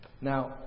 Now